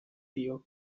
dio